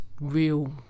real